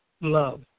love